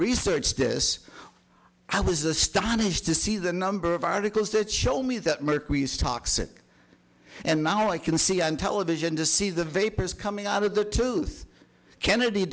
research this i was astonished to see the number of articles that show me that mercury is toxic and now i can see on television to see the vapors coming out of the tooth kennedy